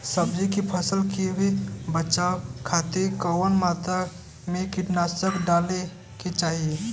सब्जी के फसल के कियेसे बचाव खातिन कवन मात्रा में कीटनाशक डाले के चाही?